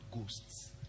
ghosts